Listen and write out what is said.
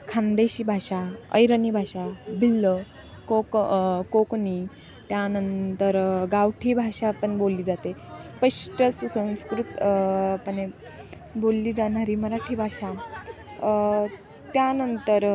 खानदेशी भाषा ऐरणी भाषा भिल्लं कोक कोकणी त्यानंतर गावठी भाषा पण बोलली जाते स्पष्ट सुसंस्कृत पणे बोलली जाणारी मराठी भाषा त्यानंतर